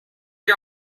you